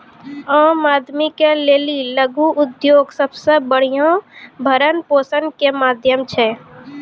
आम आदमी के लेली लघु उद्योग सबसे बढ़िया भरण पोषण के माध्यम छै